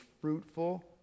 fruitful